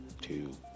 two